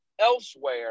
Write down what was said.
elsewhere